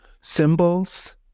symbols